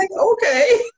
okay